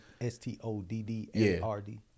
S-T-O-D-D-A-R-D